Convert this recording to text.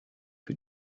für